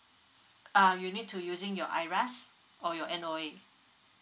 uh you need to using your I rush or your noe